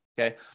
okay